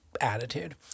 attitude